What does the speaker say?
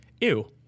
Ew